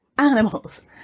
animals